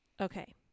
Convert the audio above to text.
Okay